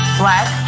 black